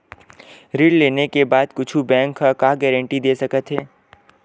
ऋण लेके बाद कुछु बैंक ह का गारेंटी दे सकत हे?